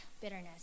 bitterness